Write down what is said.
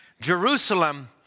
Jerusalem